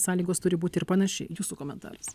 sąlygos turi būti ir panaši jūsų komentaras